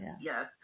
yes